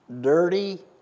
Dirty